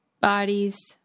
Bodies